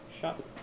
shop